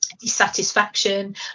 dissatisfaction